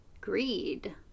greed